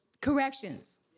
Corrections